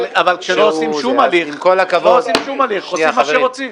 אבל כשלא עושים שום הליך, עושים מה שרוצים.